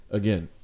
again